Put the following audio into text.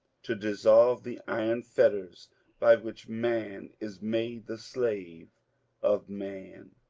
to dissolve the iron fetters by which man is made the slave of man.